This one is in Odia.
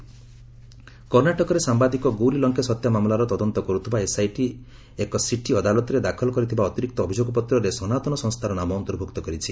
ଲଙ୍କେଶ ଚାର୍ଜ ସିଟ୍ କର୍ଣ୍ଣାଟକରେ ସାମ୍ବାଦିକ ଗୌରୀ ଲଙ୍କେଶ ହତ୍ୟା ମାମଲାର ତଦନ୍ତ କର୍ଥିବା ଏସ୍ଆଇଟି ଏକ ସିଟି ଅଦାଲତରେ ଦାଖଲ କରିଥିବା ଅତିରିକ୍ତ ଅଭିଯୋଗ ପତ୍ରରେ ସନାତନ ସଂସ୍ଥାର ନାମ ଅନ୍ତର୍ଭୁକ୍ତ କରିଛି